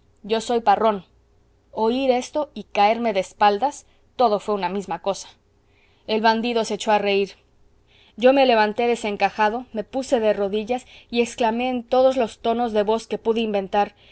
yo soy parrón oír esto y caerme de espaldas todo fué una misma cosa el bandido se echó a reír yo me levanté desencajado me puse de rodillas y exclamé en todos los tonos de voz que pude inventar